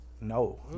No